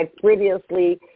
previously